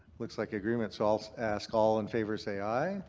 looks like agreement. so i'll ask, all in favor say, aye.